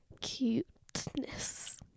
cuteness